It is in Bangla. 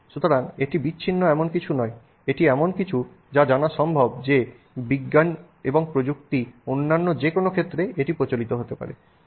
সুতরাং এটি বিচ্ছিন্ন এমন কিছু নয় এটি এমন কিছু যা জানা সম্ভব যে বিজ্ঞান এবং প্রযুক্তির অন্য যে কোনও ক্ষেত্রে এটি প্রচলিত হতে পারে